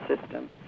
system